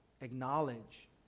acknowledge